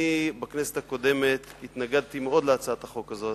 אני בכנסת הקודמת התנגדתי מאוד להצעת החוק הזאת.